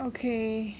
okay